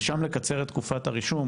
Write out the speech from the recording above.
ושם לקצר את תקופת הרישום